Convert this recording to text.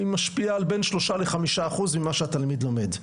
היא משפיעה על בין שלושה לחמישה אחוז ממה שהתלמיד לומד,